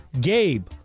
Gabe